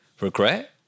regret